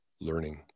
learning